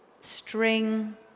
string